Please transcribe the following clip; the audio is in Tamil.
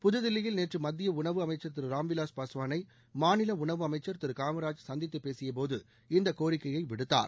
புதுதில்லியில் நேற்று மத்திய உணவு அமைச்சர் திரு ராம்விலாஸ் பாஸ்வானை மாநில உணவு அமைச்சர் திரு காமராஜ் சந்தித்துப் பேசிய போது இந்தக் கோரிக்கையை விடுத்தார்